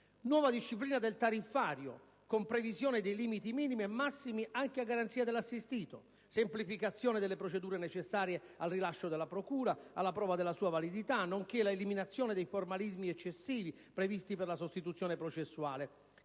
nuova disciplina del tariffario, con previsione di limiti minimi e massimi anche a garanzia dell'assistito; semplificazione delle procedure necessarie al rilascio della procura e alla prova della sua validità, nonché eliminazione dei formalismi eccessivi previsti per la sostituzione processuale,